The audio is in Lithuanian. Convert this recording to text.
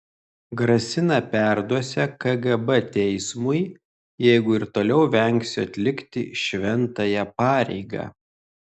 grasina perduosią kgb teismui jeigu ir toliau vengsiu atlikti šventąją pareigą